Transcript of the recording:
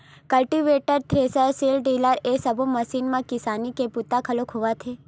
cultivator, thresher, seed drill ए सब्बो machine म किसानी के बूता घलोक होवत हे